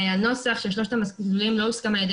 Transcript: הנוסח של שלושת המסלולים לא הוסכם על ידי